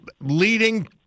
leading